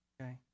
Okay